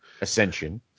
Ascension